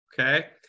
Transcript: okay